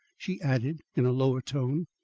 she added in a lower tone.